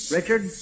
Richard